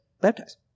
baptize